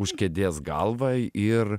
už kėdės galva ir